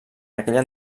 aquella